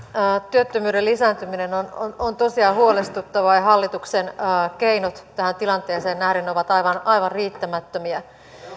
työttömyyden lisääntyminen on tosiaan huolestuttavaa ja hallituksen keinot tähän tilanteeseen nähden ovat aivan aivan riittämättömiä